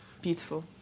beautiful